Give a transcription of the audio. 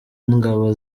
ngabo